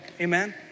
Amen